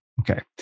Okay